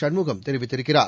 சண்முகம் தெரிவித்திருக்கிறார்